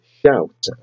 shout